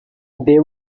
they